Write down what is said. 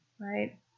right